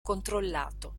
controllato